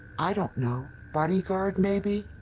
i don't know, bodyguard maybe.